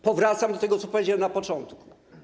Powracam do tego, co powiedziałem na początku.